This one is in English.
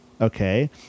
okay